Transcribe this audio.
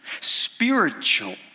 spiritual